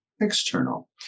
external